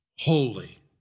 holy